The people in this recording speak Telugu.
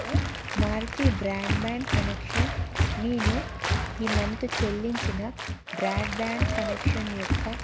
మారుతి బ్రాడ్బ్యాండ్ కనెక్షన్ నేను ఈ మంత్ చెల్లించిన బ్రాడ్బ్యాండ్ కనెక్షన్ యొక్క